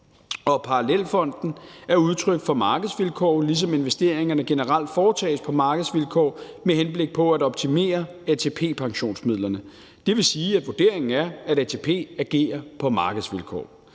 parallelfonden er udtryk for markedsvilkår, ligesom investeringerne generelt foretages på markedsvilkår med henblik på at optimere ATP-pensionsmidlerne. Det vil sige, at vurderingen er, at ATP agerer på markedsvilkår.